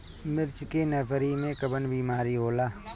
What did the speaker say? मिर्च के नर्सरी मे कवन बीमारी होला?